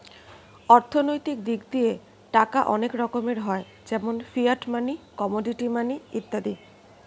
অর্থনৈতিক দিক দিয়ে টাকা অনেক রকমের হয় যেমন ফিয়াট মানি, কমোডিটি মানি ইত্যাদি